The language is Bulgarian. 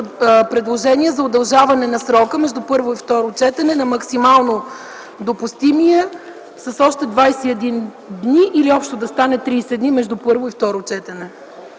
предложение за удължаване на срока между първо и второ четене на максимално допустимия с още 21 дни, или общо да стане 30 дни между първо и второ четене.